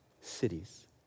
Cities